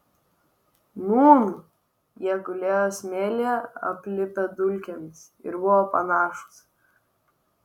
nūn jie gulėjo smėlyje aplipę dulkėmis ir buvo panašūs